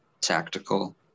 tactical